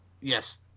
Yes